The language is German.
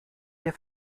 der